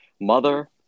mother